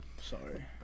sorry